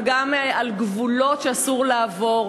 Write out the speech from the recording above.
אבל גם על גבולות שאסור לעבור.